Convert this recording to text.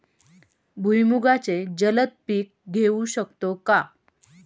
भुईमुगाचे जलद पीक घेऊ शकतो का?